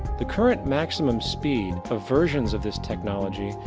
the current maximum speed of versions of this technology,